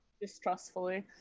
distrustfully